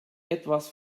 etwas